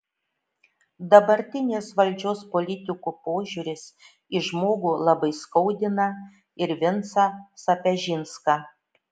dabartinės valdžios politikų požiūris į žmogų labai skaudina ir vincą sapežinską